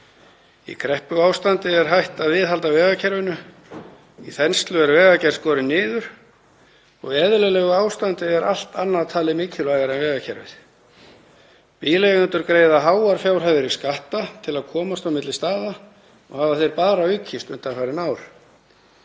Í kreppuástandi er hætt að viðhalda vegakerfinu. Í þenslu er vegagerð skorin niður og í eðlilegu ástandi er allt annað talið mikilvægara en vegakerfið. Bíleigendur greiða háar fjárhæðir í skatta til að komast á milli staða og hafa þeir bara aukist undanfarin ár.